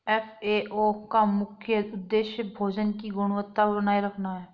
FAO का मुख्य उदेश्य भोजन की गुणवत्ता बनाए रखना है